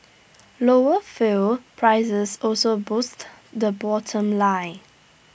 lower fuel prices also boost the bottom line